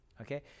Okay